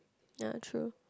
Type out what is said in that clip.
ya true